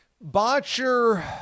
Botcher